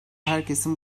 herkesin